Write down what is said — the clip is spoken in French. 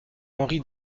henri